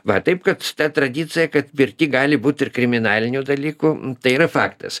va taip kad ta tradicija kad pirty gali būti ir kriminalinių dalykų tai yra faktas